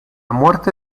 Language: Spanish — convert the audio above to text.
muerte